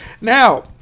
Now